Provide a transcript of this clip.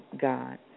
God